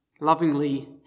lovingly